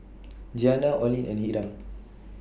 Jeanna Olene and Hiram